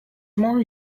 more